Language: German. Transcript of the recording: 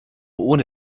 ohne